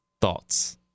Thoughts